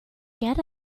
get